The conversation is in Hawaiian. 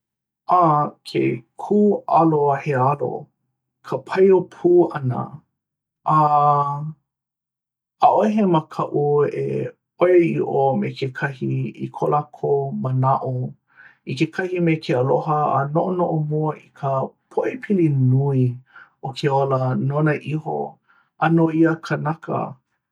a, ke kū alo a he alo ka paiō pū ʻana a ʻaʻohe makaʻu e ʻoiaʻiʻo me kekahi i ko lākou manaʻo i kekahi me ke aloha a noʻonoʻo mua i ka pōʻaiapili nui o ke ola nona iho a no ia kanaka.